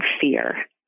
fear